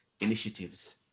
initiatives